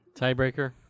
Tiebreaker